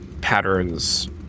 patterns